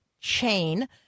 chain